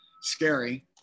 scary